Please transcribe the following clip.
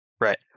Right